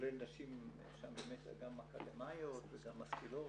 כולל נשים גם אקדמיות וגם משכילות.